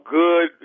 good